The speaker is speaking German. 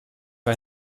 für